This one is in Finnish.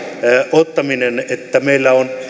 ottaminen että meillä on